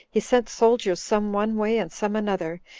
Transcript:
he sent soldiers some one way and some another,